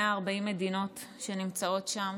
140 מדינות שנמצאות שם,